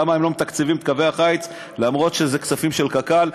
למה הם לא מתקצבים את קווי החיץ אף שאלו כספים של קק"ל.